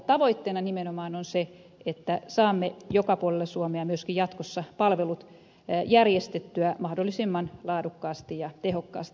tavoitteena nimenomaan on se että saamme joka puolella suomea myöskin jatkossa palvelut järjestettyä mahdollisimman laadukkaasti ja tehokkaasti